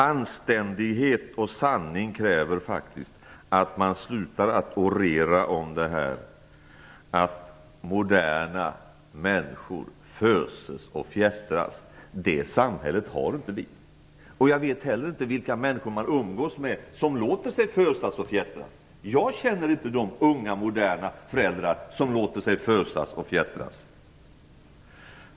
Anständighet och sanning kräver faktiskt att man slutar att orera om att moderna människor föses och fjättras. Det samhället har inte vi. Jag vet inte heller vilka människor det är som låter sig fösas och fjättras. Jag känner inte unga moderna föräldrar som låter sig fösas och fjättras.